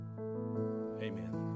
amen